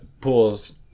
pools